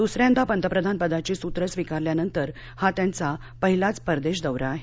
दुसऱ्यांदा पंतप्रधानपदाची सूत्र स्वीकारल्यानंतर हा त्यांच्या पहिलाच परदेश दौरा आहे